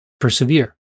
persevere